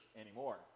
anymore